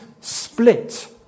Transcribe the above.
split